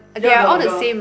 ya the the